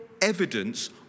evidence